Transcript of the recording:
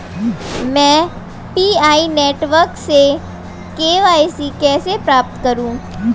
मैं PI network में KYC कैसे प्राप्त करूँ?